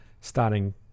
starting